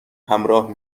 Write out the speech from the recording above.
همراه